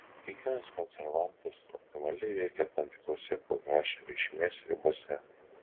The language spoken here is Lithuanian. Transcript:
kiekvienas konservantas optimaliai veikia tam tikrose ph reikšmės ribose